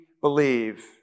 believe